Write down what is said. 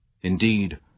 Indeed